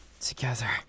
together